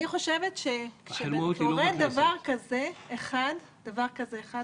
אני חושבת שכשקורה דבר כזה אחד, דבר כזה אחד,